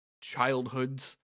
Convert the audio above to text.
childhoods